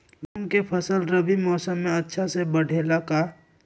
मूंग के फसल रबी मौसम में अच्छा से बढ़ ले का?